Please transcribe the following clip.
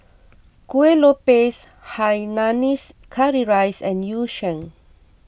Kuih Lopes Hainanese Curry Rice and Yu Sheng